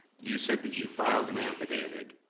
you said that you filed an affidavit,